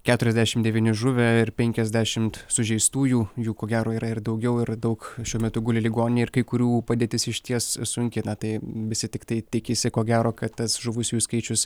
keturiasdešim devyni žuvę ir penkiasdešim sužeistųjų jų ko gero yra ir daugiau ir daug šiuo metu guli ligoninėje ir kai kurių padėtis išties sunkina tai visi tiktai tikisi ko gero kad tas žuvusiųjų skaičius